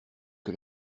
que